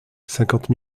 cinquante